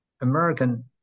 American